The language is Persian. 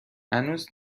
هنوز